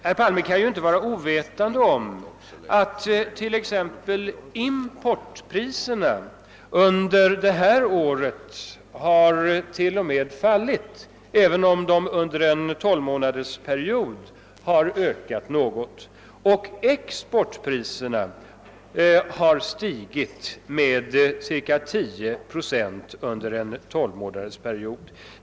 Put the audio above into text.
Herr Palme kan ju inte vara ovetande om att t.ex. importpriserna under det här året till och med har fallit även om de under en tolvmånadersperiod har ökat något. Samtidigt har exportpriserna stigit med ca 10 procent under en tolvmånadersperiod.